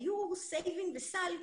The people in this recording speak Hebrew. היו סבין וסאלק,